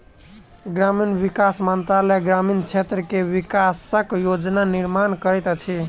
ग्रामीण विकास मंत्रालय ग्रामीण क्षेत्र के विकासक योजना निर्माण करैत अछि